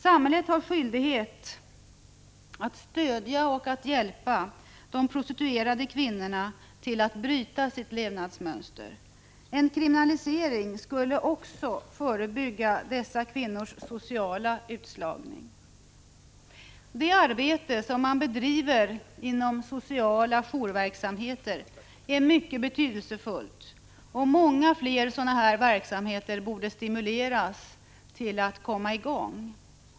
Samhället har skyldighet att stödja och hjälpa de prostituerade kvinnorna att bryta sitt levnadsmönster. En kriminalisering skulle också förebygga dessa kvinnors sociala utslagning. Det arbete som man bedriver inom sociala jourverksamheter är mycket betydelsefullt, och många fler sådana verksamheter borde stimuleras att komma i gång.